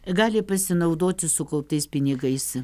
gali pasinaudoti sukauptais pinigais